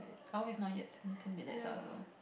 hour is not yet seventeen minutes lah so